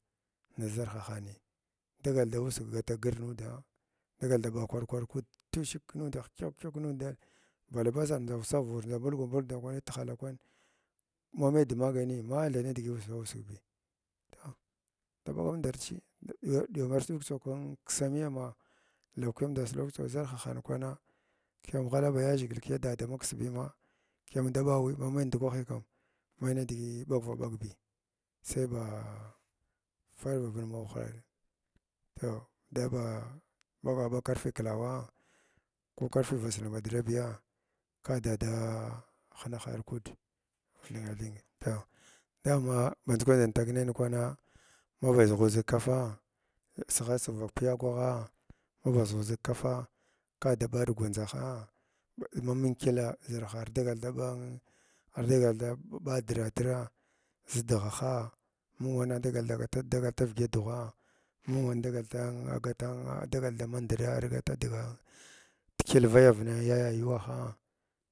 Ni ʒarhahani dagal da ussig gata gr nuda dagal daba kwar kwar kud tushuk nuɗgh kyəkw kyəkw nudah balbasan bdʒa usar wu ndʒa vulgu vulg ndakwani tihala kwan ma mai dmaganiyi mathni nidigi damaganiyi mathaw nidigi usiva usigbi toh ndaɓagar ndarchi ɗi ɗiyam ars ɗug tsau kiksa miyama ndʒu ko ndʒing ʒarhahan krana kiyam ghaka baya ʒhigil kiya dadamaksi bima kiyanda ɓawi mamai ndukwahi kam mai nidigi ɓagvaɓagbi sai ba ah firviɗ mahwɗ toh daga ma ɓaga ɓag karfi klawa ko karfi vask mbaɗ da vabiya ka da ada ah hinahar kud hyəngahyəng toh dama mbats kwandatugnayinkwana maba ʒughuʒig kafaa sa sighasig vaka piyaghwa gha maba ʒughʒig kafa kada ɓa argwandʒaha ma mung kyəla zarha ardagal daɓan ardagal daɓadiratra vidahaha mung wana dagal dagata vyəda dughwa mung wan dagal dan da a dagal dama ndiɗa argatsa digan kyəl vayar na ya yayuwaha.